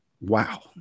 wow